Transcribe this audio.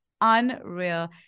unreal